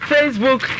Facebook